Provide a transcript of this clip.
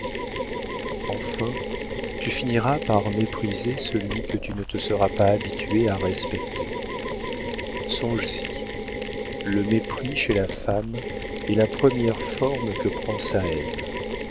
enfin tu finiras par mépriser celui que tu ne te seras pas habituée à respecter songes-y le mépris chez la femme est la première forme que prend sa haine